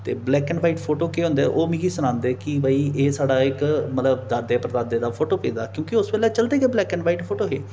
ते black and white photo केह् होंदे ओह् मिगी सनांदे कि भई एह् साढ़ा इक मतलब दादे परदादे दा फोटो पेदा क्योंकि उस बेल्लै चलदे गै ब्लैक एण्ड वाईट फोटो हे